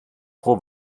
pro